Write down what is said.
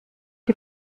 die